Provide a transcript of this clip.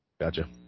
Gotcha